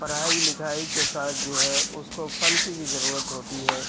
پڑھائی لکھائی کے ساتھ جو ہے اس کو فن کی بھی ضرورت ہوتی ہے